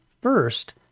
first